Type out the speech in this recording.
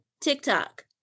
TikTok